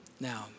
Now